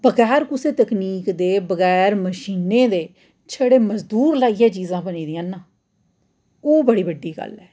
बगैर कुसै तकनीक दे बगैर मशीनें दे छड़े मजदूर लाइयै चीजां बनी दियां न ओह् बड़ी बड्डी गल्ल ऐ